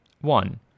One